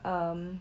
um